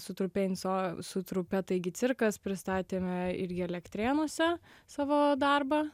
su trupe inso su trupe taigi cirkas pristatėme irgi elektrėnuose savo darbą